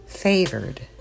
Favored